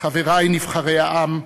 חברי נבחרי העם,